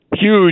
huge